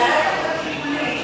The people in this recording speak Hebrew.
על הרצף הטיפולי,